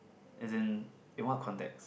as in in what context